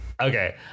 Okay